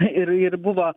ir ir buvo